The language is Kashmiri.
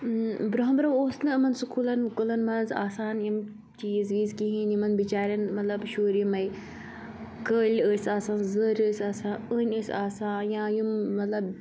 برٛونٛہہ برٛونٛہہ اوٗس نہٕ یمَن سکوٗلَن وُکولَن منٛز آسان یِم چیٖز وِیٖز کہیٖنۍ یِمَن بِچاریٚن مطلب شُرۍ یِمَے کٔلۍ ٲسۍ آسان زٔرۍ ٲسۍ آسان أنۍ ٲسۍ آسان یا یِم مطلب